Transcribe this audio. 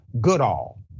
Goodall